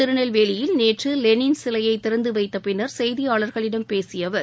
திருநெல்வேலியில் நேற்று லெனின் சிலையை திறந்து வைத்த பின்னர் செய்தியாளர்களிடம் பேசிய அவர்